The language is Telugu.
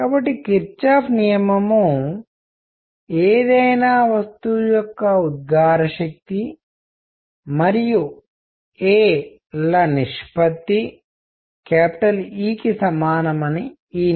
కాబట్టి కిర్చాఫ్ నియమం ఏదైనా వస్తువు యొక్క ఉద్గార శక్తి మరియు a ల నిష్పత్తి E కి సమానమని ఈ నియమం చెబుతుంది